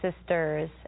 sister's